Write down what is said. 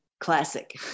classic